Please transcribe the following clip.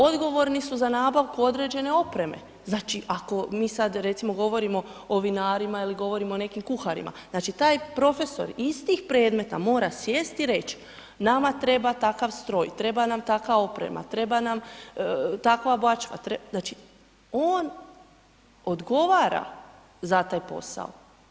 Odgovorni su za nabavku određene opreme, znači ako mi sad recimo, govorimo o vinarima ili govorimo o nekim kuharima, znači taj profesor istih predmeta mora sjesti i reći, nama treba takav stroj, treba nam takva oprema, treba nam takva bačva, znači on odgovara za taj posao.